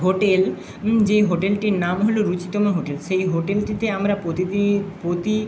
hotel যে হোটেলটির নাম হলো রুচিতম হোটেল সেই হোটেল থেকে আমরা প্রতিদিন প্রতি